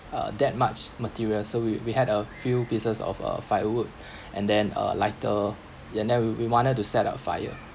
uh that much material so we we had a few pieces of uh firework and then uh lighter and then we we wanted to set up fire